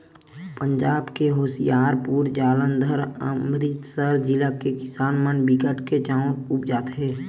पंजाब के होसियारपुर, जालंधर, अमरितसर जिला के किसान मन बिकट के चाँउर उपजाथें